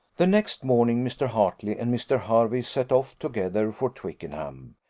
the next morning, mr. hartley and mr. hervey set off together for twickenham.